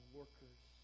workers